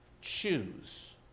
Choose